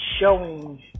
showing